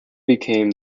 became